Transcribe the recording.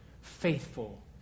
faithful